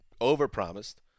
over-promised